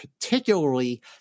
particularly